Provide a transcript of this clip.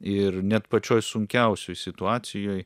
ir net pačioj sunkiausioj situacijoj